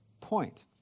point